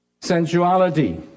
sensuality